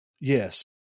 Yes